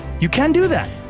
you can do that.